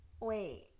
wait